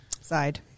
side